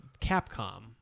Capcom